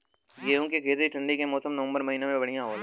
गेहूँ के खेती ठंण्डी के मौसम नवम्बर महीना में बढ़ियां होला?